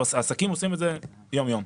עסקים עושים את זה יום יום.